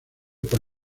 por